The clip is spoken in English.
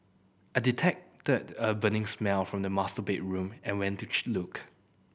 I detected a burning smell from the master bedroom and went to look